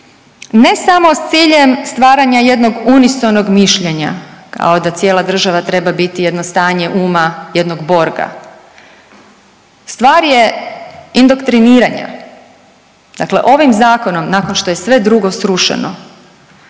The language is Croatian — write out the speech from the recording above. Ne samo s ciljem stvaranja jednog unisonog mišljenja kao da cijela država treba biti jedno stanje uma, jednog Borga. Stvar je indoktriniranja. Dakle, ovim zakonom nakon što je sve drugo srušeno